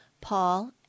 Paul